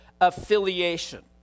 affiliation